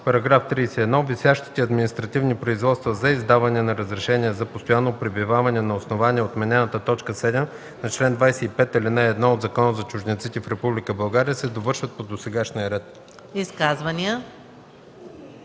§ 31: „§ 31. Висящите административни производства за издаване на разрешение за постоянно пребиваване на основание отменената т. 7 на чл. 25, ал. 1 от Закона за чужденците в Република България се довършват по досегашния ред”.